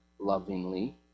lovingly